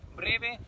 breve